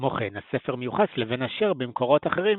כמו כן הספר מיוחס לבן אשר במקורות אחרים,